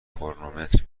کرونومتر